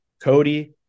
Cody –